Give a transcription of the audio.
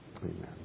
amen